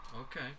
Okay